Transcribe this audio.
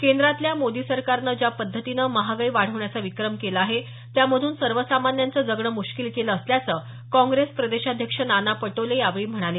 केंद्रातल्या मोदी सरकारने ज्या पद्धतीने महागाई वाढवण्याचा विक्रम केला आहे त्यामधून सर्वसामान्यांचं जगणं मुश्कील केलं असल्याचं काँग्रेस प्रदेशाध्यक्ष नाना पटोले यावेळी म्हणाले